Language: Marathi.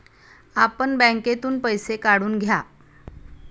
आपण बँकेतून पैसे काढून घ्या